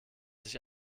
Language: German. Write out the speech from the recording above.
sich